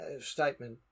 statement